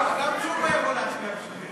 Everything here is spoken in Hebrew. גם תשובה יבוא להצביע בשבילכם.